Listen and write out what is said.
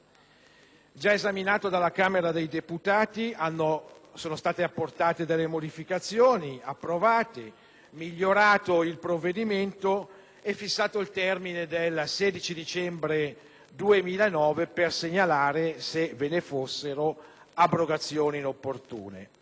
esaminato dalla Camera dei deputati; sono state apportate delle modificazioni, è stato migliorato il testo ed è stato fissato il termine del 16 dicembre 2009 per segnalare, se ve ne fossero, abrogazioni inopportune.